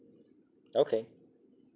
okay